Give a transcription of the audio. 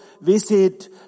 visit